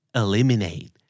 eliminate